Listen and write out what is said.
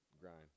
grind